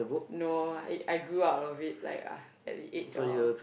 no I I grew up of it like at the age of